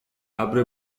ابر